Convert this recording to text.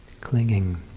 clinging